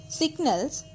signals